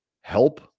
help